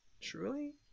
truly